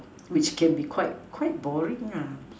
which can be quite quite boring ah